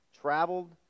traveled